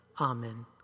Amen